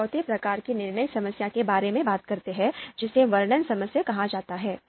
अब चौथे प्रकार की निर्णय समस्या के बारे में बात करते हैं जिसे वर्णन समस्या कहा जाता है